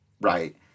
right